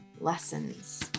lessons